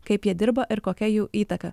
kaip jie dirba ir kokia jų įtaka